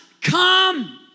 come